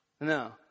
No